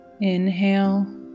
Inhale